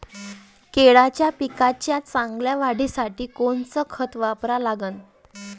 केळाच्या पिकाच्या चांगल्या वाढीसाठी कोनचं खत वापरा लागन?